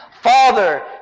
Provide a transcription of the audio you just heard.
Father